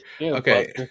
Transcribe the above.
Okay